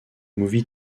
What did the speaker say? movie